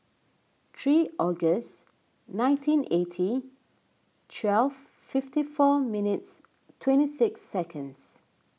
three August nineteen eighty twelve fifty four minutes twenty six seconds